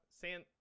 san